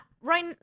right